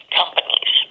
companies